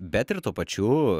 bet ir tuo pačiu